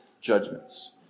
judgments